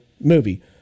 movie